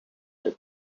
that